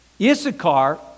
Issachar